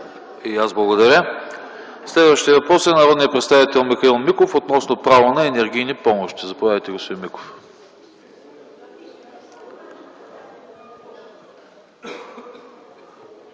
И аз благодаря. Следващият въпрос е от народния представител Михаил Миков относно право на енергийни помощи. Заповядайте, господин Миков.